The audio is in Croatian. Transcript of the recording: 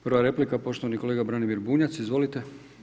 Prva replika poštovani kolega Branimir Bunjac, izvolite.